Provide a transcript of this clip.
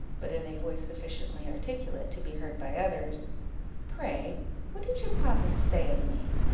but in a voice sufficiently articulate to be heard by others pray what did your papa say of me?